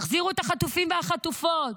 תחזירו את החטופים והחטופות.